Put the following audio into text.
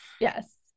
Yes